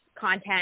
content